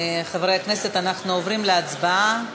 חברי הכנסת, אנחנו עוברים להצבעה.